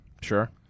Sure